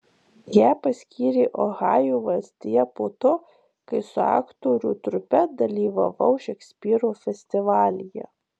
ją paskyrė ohajo valstija po to kai su aktorių trupe dalyvavau šekspyro festivalyje